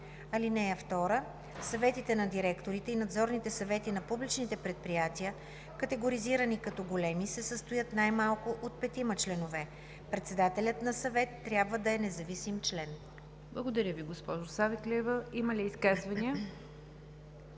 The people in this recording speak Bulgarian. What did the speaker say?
(2) Съветите на директорите и надзорните съвети на публичните предприятия, категоризирани като „големи“, се състоят най-малко от петима членове. Председателят на съвет трябва да е независим член.“ ПРЕДСЕДАТЕЛ НИГЯР ДЖАФЕР: Благодаря Ви, госпожо Савеклиева. Има ли изказвания?